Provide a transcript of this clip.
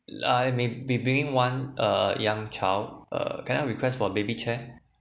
I may be bringing one uh young child uh can I request for baby chair